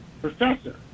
professor